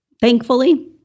Thankfully